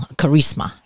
charisma